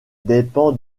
dépend